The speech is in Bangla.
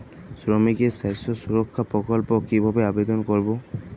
শ্রমিকের স্বাস্থ্য সুরক্ষা প্রকল্প কিভাবে আবেদন করবো?